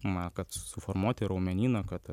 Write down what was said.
na kad suformuoti raumenyną kad